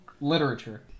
literature